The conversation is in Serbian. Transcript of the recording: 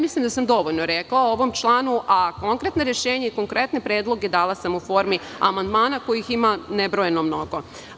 Mislim da sam dovoljno rekla o ovom članu, a konkretna rešenja i konkretne predloge dala sam u formi amandmana kojih ima nebrojeno mnogo.